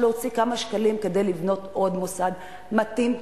להוציא כמה שקלים כדי לבנות עוד מוסד מתאים,